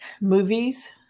movies